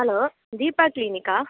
hello Deepa க்ளீனிக்கா